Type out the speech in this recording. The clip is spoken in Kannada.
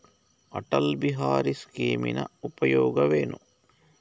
ಅಟಲ್ ಬಿಹಾರಿ ಸ್ಕೀಮಿನ ಉಪಯೋಗವೇನು?